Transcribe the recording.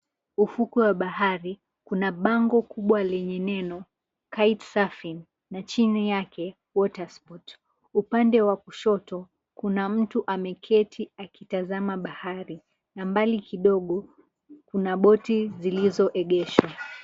Ufukwe wa bahari, kuna bango kubwa lenye neno Kite Surfing na chini yake Water spot . Upande wa kushoto kuna mtu ameketi akitazama bahari, na mbali kidogo kuna boti zilizoegeshwa.